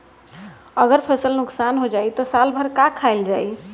अगर फसल नुकसान हो जाई त साल भर का खाईल जाई